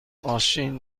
ماشین